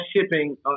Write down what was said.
shipping